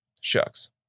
Shucks